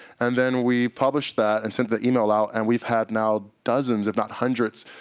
and then we published that, and sent the email out. and we've had now dozens, if not hundreds,